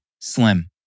Slim